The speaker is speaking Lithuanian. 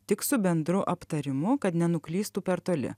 tik su bendru aptarimu kad nenuklystų per toli